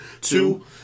two